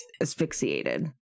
asphyxiated